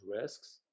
risks